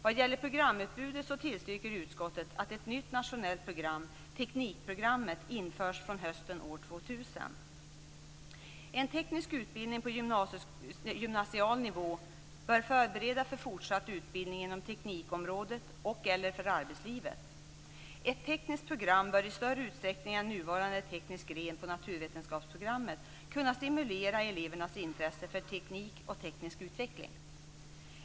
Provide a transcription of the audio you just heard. Vad gäller programutbudet tillstyrker utskottet att ett nytt nationellt program, teknikprogrammet, införs från hösten år 2000. En teknisk utbildning på gymnasial nivå bör förbereda för fortsatt utbildning inom teknikområdet och/eller för arbetslivet. Ett tekniskt program bör i större utsträckning än nuvarande teknisk gren på naturvetenskapsprogrammet kunna stimulera elevernas intresse för teknik och teknisk utveckling.